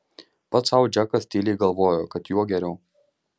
pats sau džekas tyliai galvojo kad juo geriau